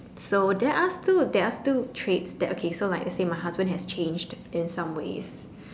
so there are stood there are still trades so like let's say my husband has changed in some ways